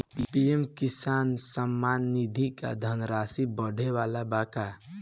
PM किसान सम्मान निधि क धनराशि बढ़े वाला बा का?